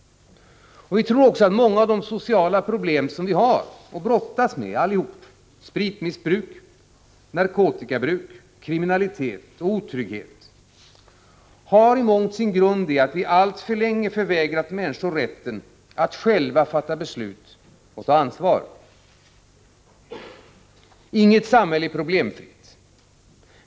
Vi tror också att många av de sociala problem som vi alla brottas med, spritmissbruk, narkotikamissbruk, kriminalitet och otrygghet i mångt och mycket har sin grund i att vi alltför länge förvägrat människor rätten att själva fatta beslut och ta ansvar. Inget samhälle är problemfritt.